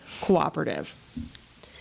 cooperative